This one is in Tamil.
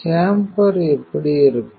சேம்பர் எப்படி இருக்கும்